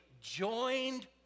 joined